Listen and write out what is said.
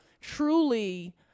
truly